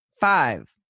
Five